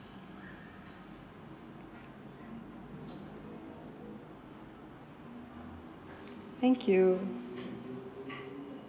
thank you